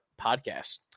podcast